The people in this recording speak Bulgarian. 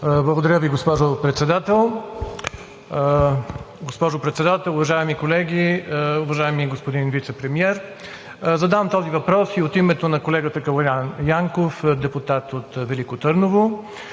Благодаря Ви, госпожо Председател. Госпожо Председател, уважаеми колеги! Уважаеми господин Вицепремиер, задавам този въпрос от името и на колегата Калоян Янков – депутат от Велико Търново.